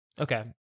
Okay